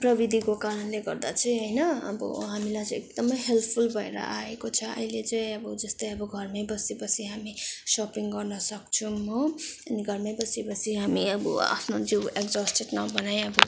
प्रविधिको कारणले गर्दा चाहिँ होइन अब हामीलाई चाहिँ एकदमै हेल्पफुल भएर आएको छ अहिले चाहिँ जस्तै अब घरमै बसीबसी हामी सपिङ गर्न सक्छौँ हो अनि घरमै बसीबसी हामी अब आफ्नो जिउ एकजस्टेट नबनाई अब